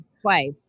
twice